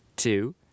two